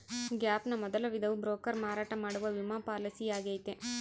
gap ನ ಮೊದಲ ವಿಧವು ಬ್ರೋಕರ್ ಮಾರಾಟ ಮಾಡುವ ವಿಮಾ ಪಾಲಿಸಿಯಾಗೈತೆ